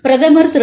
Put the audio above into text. பிரதமர் திரு